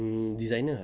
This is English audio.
um designer ah